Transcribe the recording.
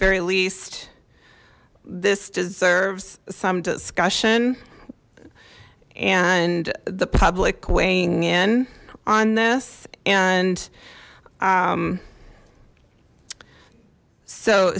very least this deserves some discussion and the public weighing in on this and